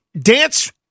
dance